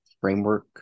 framework